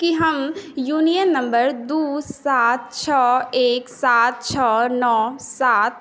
की हम union number दू सात छओ एक सात नओ छओ सात